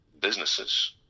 businesses